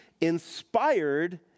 inspired